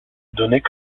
donnée